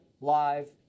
live